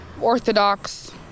orthodox